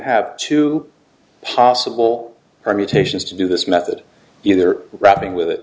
have two possible permutations to do this method either wrapping with it